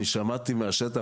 אני שמעתי מהשטח,